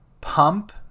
pump